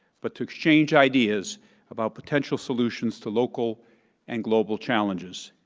but to exchange ideas about potential solutions to local and global challenges,